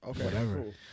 Okay